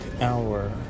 hour